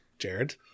Jared